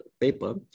paper